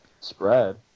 spread